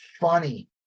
funny